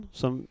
som